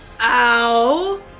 OW